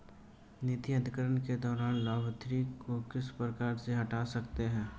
निधि अंतरण के दौरान लाभार्थी को किस प्रकार से हटा सकते हैं?